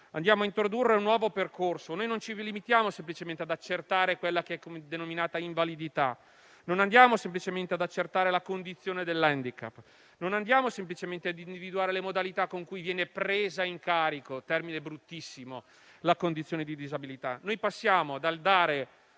andiamo ad introdurre un nuovo percorso. Non ci limitiamo semplicemente ad accertare quella che è denominata "invalidità", non andiamo semplicemente ad accertare la condizione dell'*handicap*, non andiamo semplicemente ad individuare le modalità con cui viene presa in carico - termine bruttissimo - la condizione di disabilità. Passiamo dal dare